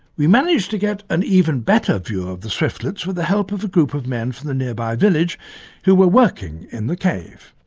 we managed to get an even better view of the swiftlets with the help of a group of men from the nearby village who were working in the cave.